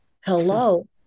Hello